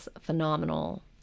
phenomenal